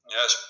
Yes